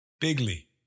Bigly